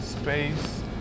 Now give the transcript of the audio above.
Space